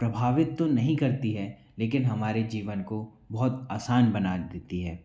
प्रभावित तो नहीं करती है लेकिन हमारे जीवन को बहुत आसान बना देती है